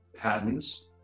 Patents